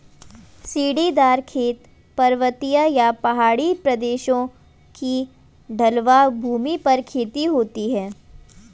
सीढ़ीदार खेत, पर्वतीय या पहाड़ी प्रदेशों की ढलवां भूमि पर खेती होती है